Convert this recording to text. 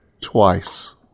twice